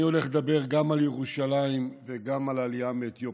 אני הולך לדבר גם על ירושלים וגם על העלייה מאתיופיה,